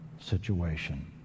situation